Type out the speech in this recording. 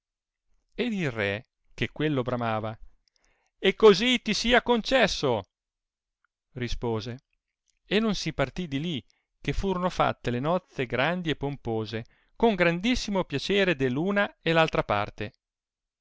e il re che quello bramava e così ti sia concesso rispose e non si partì di lì che furono fatte le nozze grandi e pompose con grandissimo piacere de una e altra parte